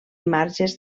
marges